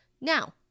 Now